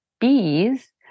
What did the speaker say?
bees